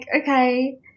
okay